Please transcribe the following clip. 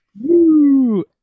Woo